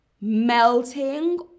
melting